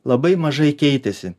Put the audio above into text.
labai mažai keitėsi